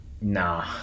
nah